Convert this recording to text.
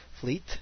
Fleet